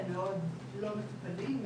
מאוד לא מטופלים,